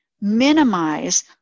Minimize